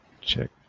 check